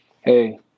hey